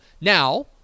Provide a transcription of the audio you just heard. Now